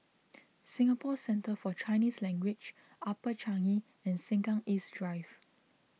Singapore Centre For Chinese Language Upper Changi and Sengkang East Drive